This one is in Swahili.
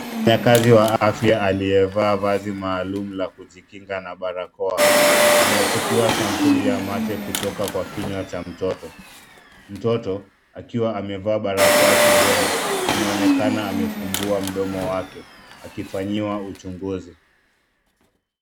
Mfanyakazi wa afya aliyevaa vazi maalum la kujikinga na barakoa anachukua sampuli ya mate kutoka kwa kinywa cha mtoto. Mtoto akiwa amevaa barakoa shingoni anaonekana amefumbua mdomo wake akifanyiwa uchunguzi.